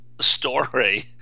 story